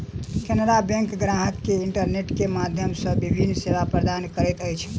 केनरा बैंक ग्राहक के इंटरनेट के माध्यम सॅ विभिन्न सेवा प्रदान करैत अछि